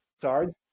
Sorry